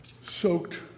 soaked